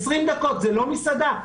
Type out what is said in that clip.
זאת לא מסעדה.